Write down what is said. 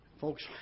Folks